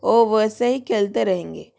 वो वैसे ही खेलते रहेंगे